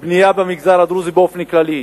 הבנייה במגזר הדרוזי באופן כללי,